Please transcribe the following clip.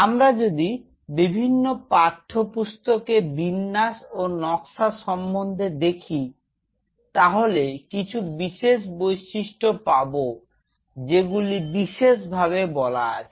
আমরা যদি বিভিন্ন পাঠ্যপুস্তকে বিন্যাস ও নকশা সম্বন্ধে দেখি তাহলে কিছু বিশেষ বৈশিষ্ট্য পাব যেগুলি বিশেষভাবে বলা আছে